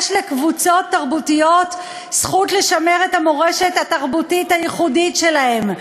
יש לקבוצות תרבותיות זכות לשמר את המורשת התרבותית הייחודית שלהן,